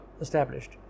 established